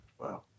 Wow